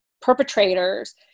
perpetrators